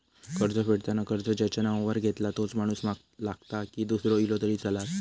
कर्ज फेडताना कर्ज ज्याच्या नावावर घेतला तोच माणूस लागता की दूसरो इलो तरी चलात?